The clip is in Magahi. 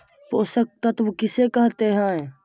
पोषक तत्त्व किसे कहते हैं?